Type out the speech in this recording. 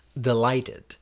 delighted